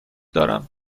دارم